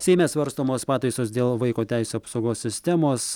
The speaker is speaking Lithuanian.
seime svarstomos pataisos dėl vaiko teisių apsaugos sistemos